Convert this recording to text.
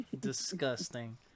Disgusting